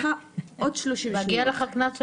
עוד 30 שניות.